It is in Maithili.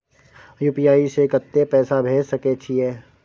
यु.पी.आई से कत्ते पैसा भेज सके छियै?